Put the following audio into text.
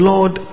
Lord